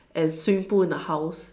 and swimming pool in the house